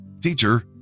Teacher